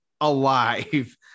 alive